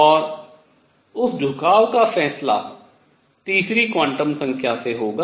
और उस झुकाव का फैसला तीसरी क्वांटम संख्या से होगा